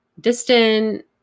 distant